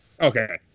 Okay